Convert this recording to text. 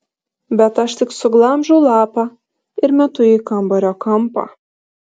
bet aš tik suglamžau lapą ir metu į kambario kampą